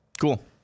cool